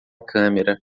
câmera